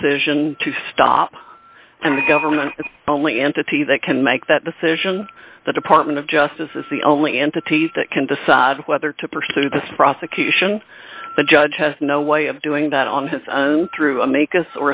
decision to stop and the government the only entity that can make that decision the department of justice is the only entity that can decide whether to pursue this prosecution the judge has no way of doing that on his own through a make us